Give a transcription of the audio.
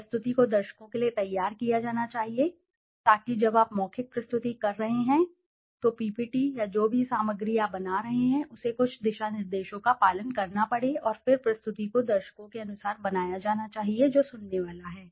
प्रस्तुति को दर्शकों के लिए तैयार किया जाना चाहिए ताकि जब आप मौखिक प्रस्तुति कर रहे हों तो पीपीटी या जो भी सामग्री आप बना रहे हैं उसे कुछ दिशानिर्देशों का पालन करना पड़े और फिर प्रस्तुति को दर्शकों के अनुसार बनाया जाना चाहिए जो सुनने वाला है